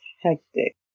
hectic